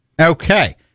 Okay